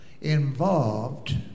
involved